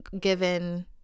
given